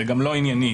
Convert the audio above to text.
וגם לא ענייני,